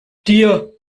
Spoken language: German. dir